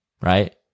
right